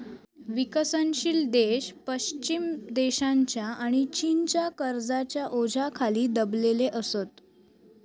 विकसनशील देश पश्चिम देशांच्या आणि चीनच्या कर्जाच्या ओझ्याखाली दबलेले असत